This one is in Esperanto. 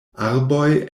arboj